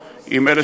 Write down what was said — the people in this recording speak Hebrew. היא מדינת ישראל,